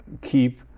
keep